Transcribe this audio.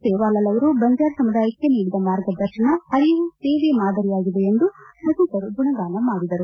ಸೇವಾಲಾಲ್ ಅವರು ಬಂಜಾರ ಸಮುದಾಯಕ್ಕೆ ನೀಡಿದ ಮಾರ್ಗದರ್ಶನ ಅರಿವು ಸೇವೆ ಮಾದರಿಯಾಗಿದೆ ಎಂದು ಸಭಿಕರು ಗುಣಗಾನ ಮಾಡಿದರು